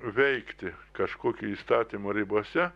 veikti kažkokio įstatymo ribose